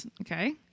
okay